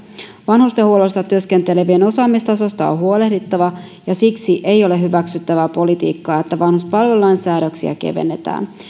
vanhustenhuollossa työskentelevien osaamistasosta on huolehdittava ja siksi ei ole hyväksyttävää politiikkaa että vanhuspalvelulain säädöksiä kevennetään